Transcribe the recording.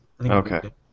Okay